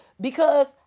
because-